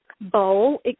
bowl